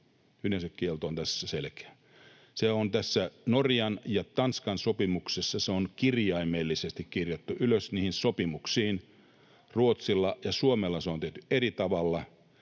Ydinasekielto on tässä selkeä. Se on tässä Norjan ja Tanskan sopimuksessa kirjaimellisesti kirjattu ylös niihin sopimuksiin. Ruotsilla ja Suomella se on tehty eri tavalla.